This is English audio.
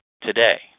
today